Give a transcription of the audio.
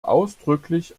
ausdrücklich